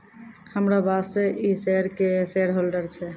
हमरो बॉसे इ शेयर के शेयरहोल्डर छै